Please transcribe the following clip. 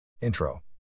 Intro